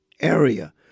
area